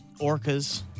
orcas